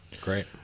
great